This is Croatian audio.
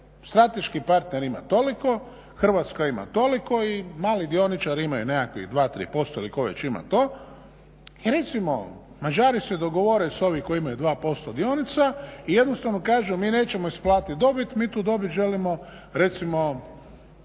strateški partner ima toliko, Hrvatska ima toliko i mali dioničari imaju nekakvih 2, 3% ili tko već ima to. I recimo Mađari se dogovore sa ovima koji imaju 2% dionica i jednostavno kažemo mi nećemo isplatiti dobit, mi tu dobit želimo recimo